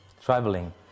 traveling